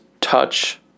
touch